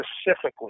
specifically